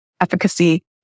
efficacy